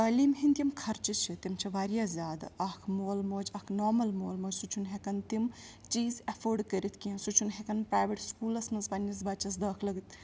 تعلیٖم ہِنٛدۍ یِم خرچہِ چھِ تِم چھِ واریاہ زیادٕ اَکھ مول موج اَکھ نارمَل مول موج سُہ چھُنہٕ ہٮ۪کَان تِم چیٖز اٮ۪فٲڈ کٔرِتھ کیٚنٛہہ سُہ چھُنہٕ ہٮ۪کن پرٛیویٹ سکوٗلَس منٛز پنٛنِس بَچَس دٲخلہ